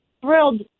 thrilled